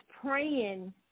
praying